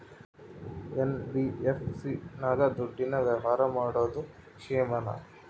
NBFC ನಾಗ ದುಡ್ಡಿನ ವ್ಯವಹಾರ ಮಾಡೋದು ಕ್ಷೇಮಾನ?